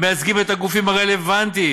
המייצגים את הגופים הרלוונטיים.